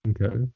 Okay